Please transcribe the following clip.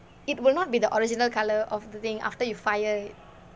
it will not be the original colour of the thing after you fire it